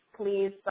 please